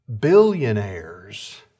billionaires